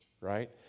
right